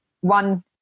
one